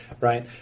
right